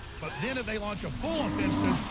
but then if they launch a full offensive,